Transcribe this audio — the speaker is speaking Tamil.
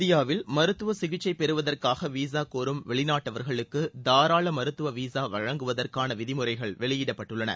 இந்தியாவில் மருத்துவ சிகிச்சை பெறுவதற்காக விசா கோரும் வெளிநாட்டவர்களுக்கு தாராள மருத்துவ விசா வழங்குவதற்கான விதிமுறைகள் வெளியிடப்பட்டுள்ளன